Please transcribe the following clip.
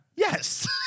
Yes